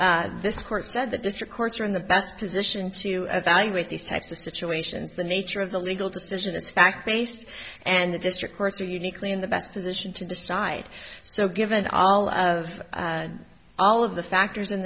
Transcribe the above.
for this court said the district courts are in the best position to evaluate these types of situations the nature of the legal decision it's fact based and the district courts are uniquely in the best position to decide so given all of all of the factors in